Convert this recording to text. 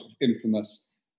infamous